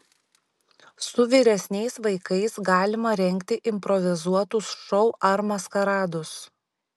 su vyresniais vaikais galima rengti improvizuotus šou ar maskaradus